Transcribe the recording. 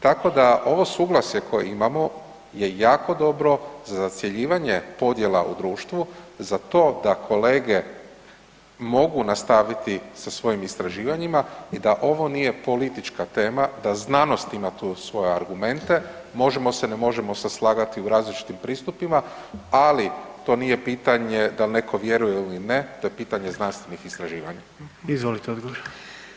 Tako da ovo suglasje koje imamo je jako dobro za zacjeljivanje podjela u društvu za to da kolege mogu nastaviti sa svojim istraživanjima i da ovo nije politička tema, da znanost ima tu svoje argumente, možemo se, ne možemo se slagati u različitim pristupima, ali to nije pitanje dal neko vjeruje ili ne, to je pitanje znanstvenih istraživanja.